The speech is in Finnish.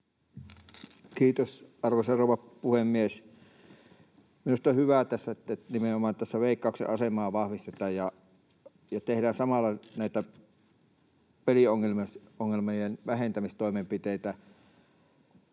Kiitos, arvoisa rouva puhemies! Minusta on hyvää tässä, että nimenomaan Veikkauksen asemaa vahvistetaan ja tehdään samalla näitä peliongelmien vähentämistoimenpiteitä.